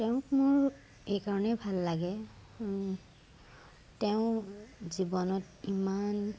তেওঁক মোৰ এইকাৰণেই ভাল লাগে তেওঁ জীৱনত ইমান